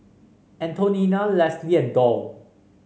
Antonina Lesly and Doll